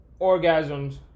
orgasms